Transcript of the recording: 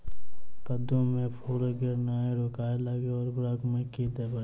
कद्दू मे फूल गिरनाय रोकय लागि उर्वरक मे की देबै?